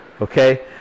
okay